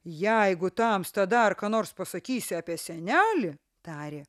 jeigu tamsta dar ką nors pasakysi apie senelį tarė